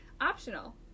Optional